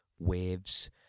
waves